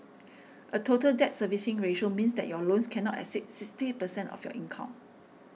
a Total Debt Servicing Ratio means that your loans cannot exceed sixty percent of your income